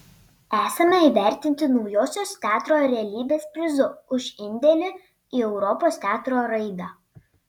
esame įvertinti naujosios teatro realybės prizu už indėlį į europos teatro raidą